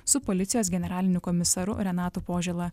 su policijos generaliniu komisaru renatu požėla